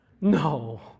No